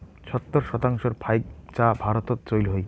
সত্তর শতাংশর ফাইক চা ভারতত চইল হই